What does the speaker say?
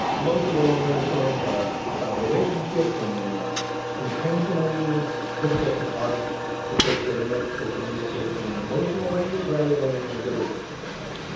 most of the long winters' songs are about relationships, and they are intentionally difficult to parse because they're meant to communicate in an emotional language rather than in a literal language.